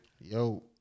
Yo